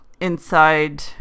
inside